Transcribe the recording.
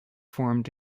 formed